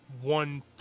one